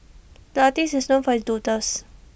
the artist is known for his doodles